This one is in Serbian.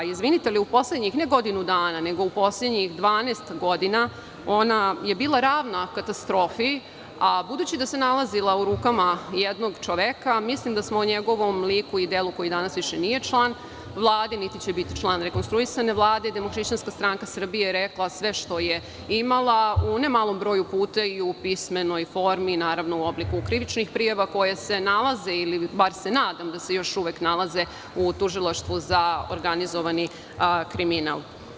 Izvinite, ali u poslednjih ne godinu dana, nego u poslednjih 12 godina, ona je bila ravna katastrofi, a budući da se nalazila u rukama jednog čoveka, mislim da smo o njegovom liku i delu, koji danas više nije član Vlade, niti će biti član rekonstruisane Vlade, Demohrišćanska stranka Srbije je rekla sve što je imala u ne malom broju puta i u pismenoj formi i u obliku krivičnih prijava koje se nalaze, bar se nadam da se još uvek nalaze, u Tužilaštvu za organizovani kriminal.